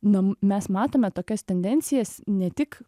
na mes matome tokias tendencijas ne tik